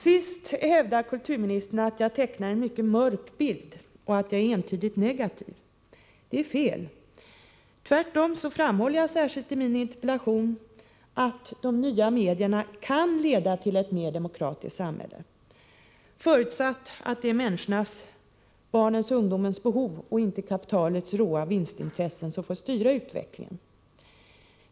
Sist i svaret hävdar kulturministern att jag tecknar en mycket mörk bild och att jag är entydigt negativ. Det är fel. Tvärtom framhåller jag i min interpellation att de nya medierna kan leda till ett mer demokratiskt samhälle, förutsatt att det är människornas — och därmed barnens och ungdomens — behov och inte kapitalets råa vinstintressen som får styra utvecklingen.